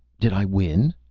did i win?